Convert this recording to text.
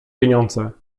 pieniądze